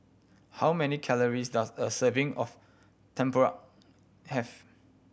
how many calories does a serving of tempoyak have